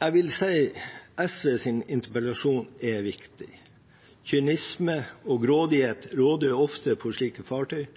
Jeg vil si at SVs interpellasjon er viktig. Kynisme og grådighet råder ofte på slike fartøy.